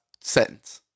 sentence